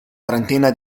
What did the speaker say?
trentina